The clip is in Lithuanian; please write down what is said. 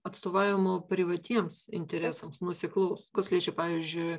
atstovavimo privatiems interesams nuoseklaus kas liečia pavyzdžiui